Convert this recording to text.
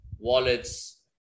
wallets